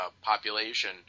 population